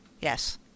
Yes